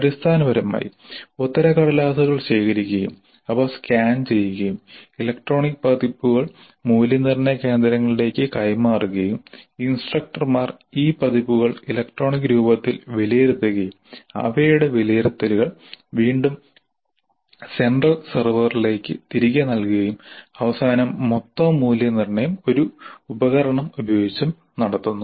അടിസ്ഥാനപരമായി ഉത്തരക്കടലാസുകൾ ശേഖരിക്കുകയും അവ സ്കാൻ ചെയ്യുകയും ഇലക്ട്രോണിക് പതിപ്പുകൾ മൂല്യനിർണ്ണയ കേന്ദ്രങ്ങളിലേക്ക് കൈമാറുകയും ഇൻസ്ട്രക്ടർമാർ ഈ പതിപ്പുകൾ ഇലക്ട്രോണിക് രൂപത്തിൽ വിലയിരുത്തുകയും അവയുടെ വിലയിരുത്തലുകൾ വീണ്ടും സെൻട്രൽ സെർവറുകളിലേക്ക് തിരികെ നൽകുകയും അവസാനം മൊത്തം മൂല്യനിർണ്ണയം ഒരു ഉപകരണം ഉപയോഗിച്ചും നടത്തുന്നു